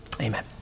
Amen